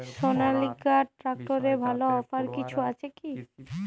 সনালিকা ট্রাক্টরে ভালো অফার কিছু আছে কি?